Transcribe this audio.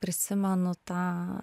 prisimenu tą